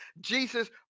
Jesus